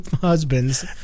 husbands